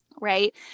right